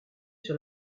sur